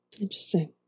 Interesting